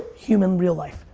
human, real life,